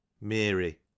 Mary